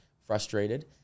frustrated